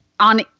On